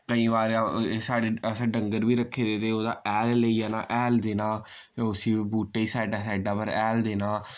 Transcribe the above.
केईं वार साढ़े असैं डंगर बी रक्खे दे ते उ'दा हैल लेई जाना हैल देना उस्सी बुह्टे साइडा साइडा पर हैल देना